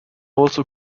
also